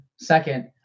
Second